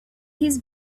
his